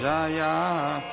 Jaya